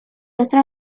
otro